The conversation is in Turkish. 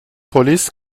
polis